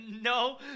no